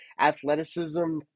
athleticism